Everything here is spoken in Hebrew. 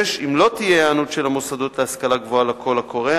6. אם לא תהיה היענות של המוסדות להשכלה גבוהה לקול קורא,